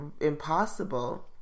impossible